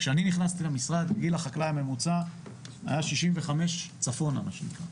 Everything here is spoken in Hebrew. כשאני נכנסתי למשרד גיל החקלאי הממוצע היה ששים וחמש צפונה מה שנקרא.